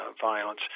violence